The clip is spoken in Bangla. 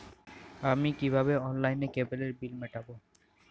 আমি কিভাবে অনলাইনে কেবলের বিল মেটাবো?